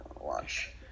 watch